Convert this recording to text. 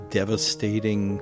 devastating